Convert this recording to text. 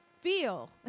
feel